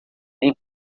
nem